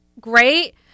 great